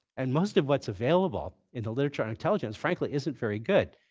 and most of what's available in the literature on intelligence frankly isn't very good.